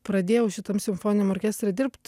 pradėjau šitam simfoniniam orkestre dirbt